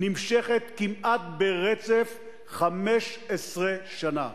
נמשכת כמעט ברצף 15 שנה.